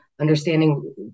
understanding